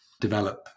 develop